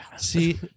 See